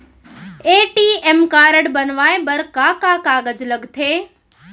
ATM card बनवाये बर का का कागज लगथे?